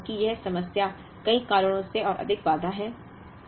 वह है क्योंकि यह समस्या कई कारणों से और अधिक बाधा है